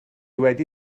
wedi